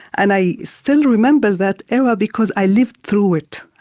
and i still remember that era, because i lived through it,